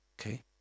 Okay